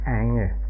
anger